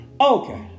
Okay